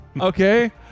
Okay